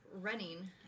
running